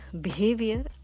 behavior